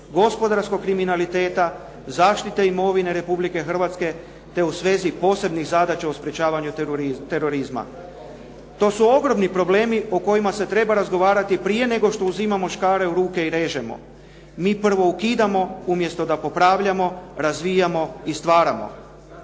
gospodarskog kriminaliteta, zaštite imovine Republike Hrvatske, te u svezi posebnih zadaća u sprječavanju terorizma. To su ogromni problemi o kojima se treba razgovarati prije nego što uzimamo škare u ruke i režemo. Mi prvo ukidamo, umjesto da popravljamo, razvijamo i stvaramo.